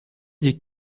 des